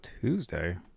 Tuesday